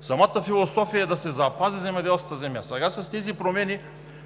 Самата философия е да се запази земеделската земя. Сега с тези промени